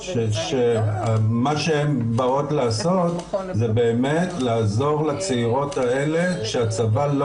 מה שהן באות לעשות זה באמת לעזור לצעירות האלה שהצבא לא